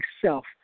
self